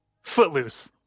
footloose